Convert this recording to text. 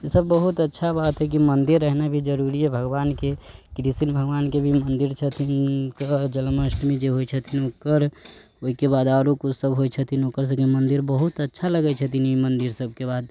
ई सब बहुत अच्छा बात है कि मन्दिर रहना भी जरूरी है भगवानके कृष्ण भगवानके भी मन्दिर छथिन जन्माष्टमी जे होइ छथिन ओकर ओइके बाद आरो कुछ सब होइ छथिन ओकर सबके मन्दिर बहुत अच्छा लगै छथिन ई मन्दिर सबके बात